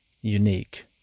unique